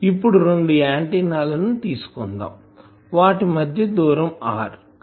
ఇప్పుడు రెండు ఆంటిన్నా లను తీసుకుందాం వాటిని మధ్య దూరం R